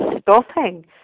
stopping